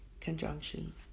conjunction